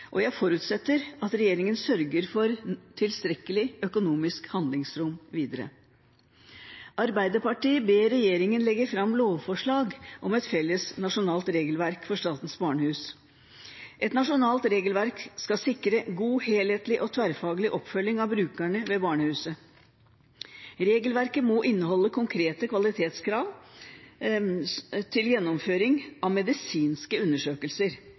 og jeg forutsetter at regjeringen sørger for tilstrekkelig økonomisk handlingsrom videre. Arbeiderpartiet ber regjeringen legge fram lovforslag om et felles nasjonalt regelverk for Statens barnehus. Et nasjonalt regelverk skal sikre god, helhetlig og tverrfaglig oppfølging av brukerne ved barnehuset. Regelverket må inneholde konkrete kvalitetskrav til gjennomføring av medisinske undersøkelser.